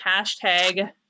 hashtag